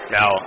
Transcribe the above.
Now